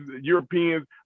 Europeans